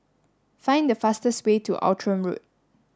find the fastest way to Outram Road